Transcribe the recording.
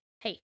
Hey